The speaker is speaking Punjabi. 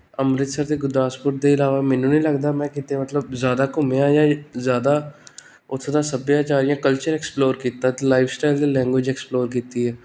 ਅੰਮ੍ਰਿਤਸਰ ਅਤੇ ਗੁਰਦਾਸਪੁਰ ਦੇ ਇਲਾਵਾ ਮੈਨੂੰ ਨਹੀਂ ਲੱਗਦਾ ਮੈਂ ਕਿਤੇ ਮਤਲਬ ਜ਼ਿਆਦਾ ਘੁੰਮਿਆ ਜਾਂ ਜ਼ਿਆਦਾ ਉੱਥੇ ਦਾ ਸੱਭਿਆਚਾਰ ਜਾਂ ਕਲਚਰ ਐਕਸਪਲੋਰ ਕੀਤਾ ਅਤੇ ਲਾਈਫ ਸਟਾਈਲ ਅਤੇ ਲੈਂਗੂਏਜ ਐਕਸਪਲੋਰ ਕੀਤੀ ਹੈ